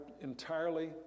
entirely